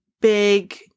big